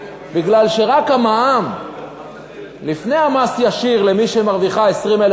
בגלל שרק המע"מ לפני המס הישיר למי שמרוויחה 20,000